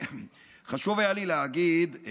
חשוב היה לי להגיד,